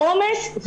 העומס,